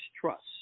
trust